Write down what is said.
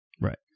Right